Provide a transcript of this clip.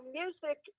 music